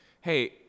hey